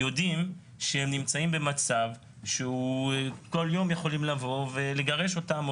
יודעים שהם נמצאים במצב שבו כל יום יכולים לבוא ולגרש אותם,